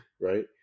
right